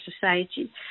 society